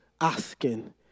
asking